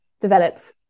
develops